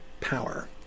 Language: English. power